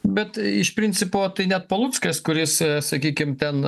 bet iš principo tai net paluckas kuris sakykim ten